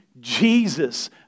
Jesus